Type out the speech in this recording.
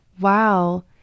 Wow